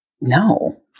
No